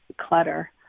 clutter